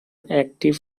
active